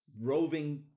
Roving